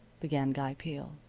began guy peel.